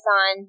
on